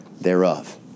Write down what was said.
thereof